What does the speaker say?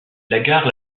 gare